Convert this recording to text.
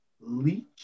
leech